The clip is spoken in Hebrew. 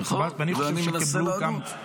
נכון, ואני מנסה לענות.